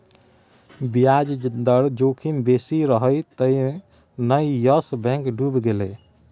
ब्याज दर जोखिम बेसी रहय तें न यस बैंक डुबि गेलै